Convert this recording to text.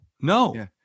no